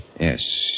Yes